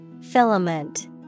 Filament